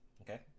okay